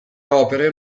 opere